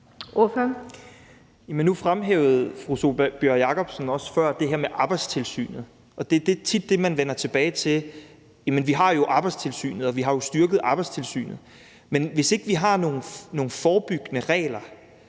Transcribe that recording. Nu fremhævede fru Sólbjørg Jakobsen også før det her med Arbejdstilsynet, og det er tit det, man vender tilbage til: Jamen vi har jo Arbejdstilsynet, og vi har jo styrket Arbejdstilsynet. Men hvis ikke vi har nogen forbyggende regler,